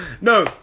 No